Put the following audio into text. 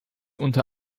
unter